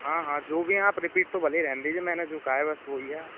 हाँ हाँ जो भी हैं आप रिपीट तो भले ही रहन दीजिए मैंने जो कहा है बस वो ही है आप